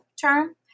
term